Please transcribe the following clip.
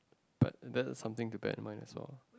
but that is something to bad in mind also